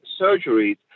surgeries